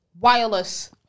Wireless